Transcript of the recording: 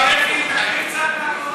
הכבוד לצעקות,